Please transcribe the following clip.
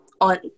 on